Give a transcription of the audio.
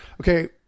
okay